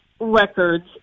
records